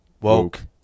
Woke